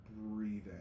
Breathing